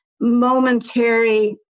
momentary